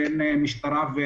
משטרה.